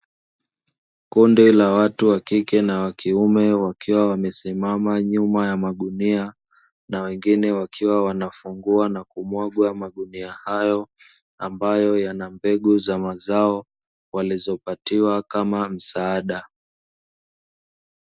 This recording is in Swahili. Kundi la watu wa kike na wa kiume wakiwa wamesimama nyuma ya magunia, na wengine wakiwa wanafungua na kumwaga magunia hayo ambayo yana mbegu za mazao walizopatiwa kama msaada.